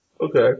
Okay